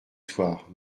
soir